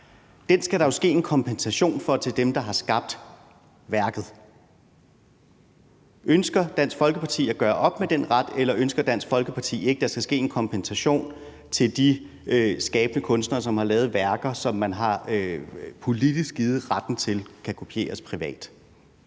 den skal der jo ske en kompensation for til dem, der har skabt værket. Ønsker Dansk Folkeparti at gøre op med den ret, eller ønsker Dansk Folkeparti ikke, at der skal ydes en kompensation til de skabende kunstnere, som har lavet værker, som man politisk har givet ret til kan kopieres privat?